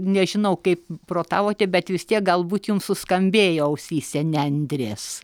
nežinau kaip protavote bet vis tiek galbūt jums suskambėjo ausyse nendrės